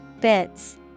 bits